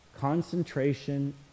Concentration